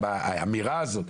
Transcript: גם האמירה הזאת,